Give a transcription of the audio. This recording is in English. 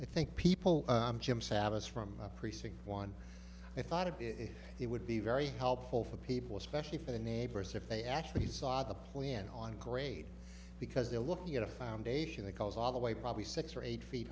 i think people jim sabbaths from precinct one i thought a bit it would be very helpful for people especially for the neighbors if they actually saw the plan on grade because they're looking at a foundation that goes all the way probably six or eight feet